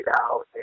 out